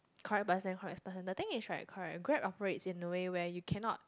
correct person correct person the thing is right correct Grab operates in the way where you cannot